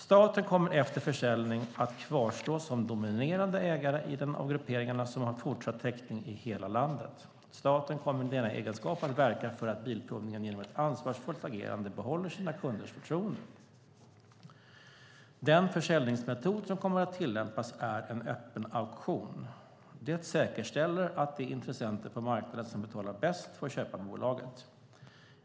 Staten kommer efter försäljningen att kvarstå som dominerande ägare i den av grupperingarna som har fortsatt täckning i hela landet. Staten kommer i denna egenskap att verka för att Bilprovningen genom ett ansvarsfullt agerande behåller sina kunders förtroende. Den försäljningsmetod som kommer att tillämpas är en öppen auktion. Det säkerställer att de intressenter på marknaden som betalar bäst får köpa bolaget.